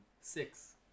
Six